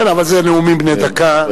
כן, אבל זה נאומים בני דקה.